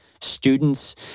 students